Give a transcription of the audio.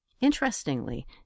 Interestingly